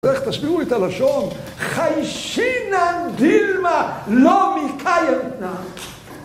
איך תשבירו לי את הלשון, חיישינן דילמה, לא מקיימנה.